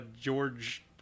George